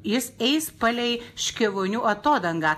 jis eis palei škėvonių atodangą